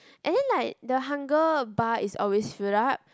and then like the hunger bar is always filled up